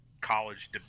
college